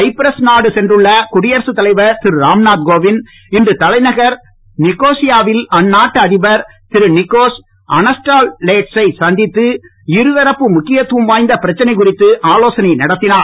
Cyprus நாடு சென்றுள்ள குடியரசு தலைவர் திரு ராம்நாத் கோவிந்த இன்று தலைநகர் நிகோசியாவில் அந்நாட்டு அதிபர் திரு நிகோஸ் அனஸ்டால்லேட்சை சந்தித்து இருதரப்பு முக்கியத்துவம் வாய்ந்த பிரச்சனை குறித்து ஆலோசனை நடத்தினார்